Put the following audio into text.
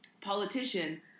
politician